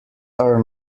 are